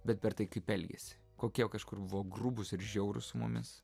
bet per tai kaip elgėsi kokie jau kažkur buvo grubūs ir žiaurūs su mumis